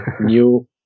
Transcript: new